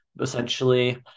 essentially